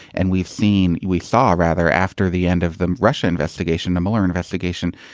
and we've seen we saw, rather, after the end of the russia investigation, the mueller investigation,